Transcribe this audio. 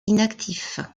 inactif